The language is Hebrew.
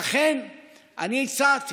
לכן אני הצעתי